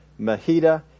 Mahida